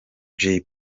jay